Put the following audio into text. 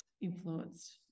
influenced